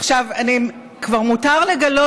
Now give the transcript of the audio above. עכשיו כבר מותר לגלות,